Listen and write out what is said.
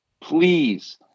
Please